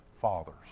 Fathers